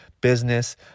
business